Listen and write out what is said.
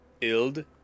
ild